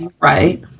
right